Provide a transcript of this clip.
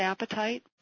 appetite